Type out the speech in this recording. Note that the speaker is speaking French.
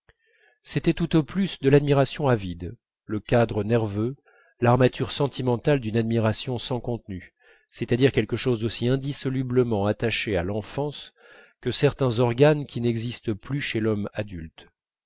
c'était tout au plus de l'admiration à vide le cadre nerveux l'armature sentimentale d'une admiration sans contenu c'est-à-dire quelque chose d'aussi indissolublement attaché à l'enfance que certains organes qui n'existent plus chez l'homme adulte